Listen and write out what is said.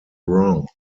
wrong